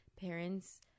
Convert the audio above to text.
parents